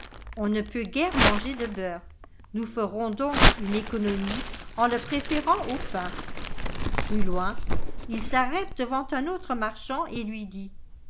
on ne peut guère manger de beurre nous ferons donc une économie en le préférant au pain plus loin il s'arrête devant un autre marchand et lui dit